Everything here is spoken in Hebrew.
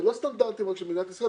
זה לא סטנדרטים רק של מדינת ישראל,